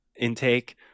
intake